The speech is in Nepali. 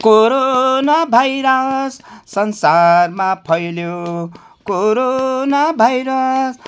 कोरोना भाइरस संसारमा फैलियो कोरोना भाइरस